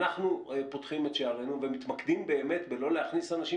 אנחנו פותחים את שערינו ומתמקדים בלא להכניס אנשים